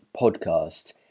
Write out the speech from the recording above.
podcast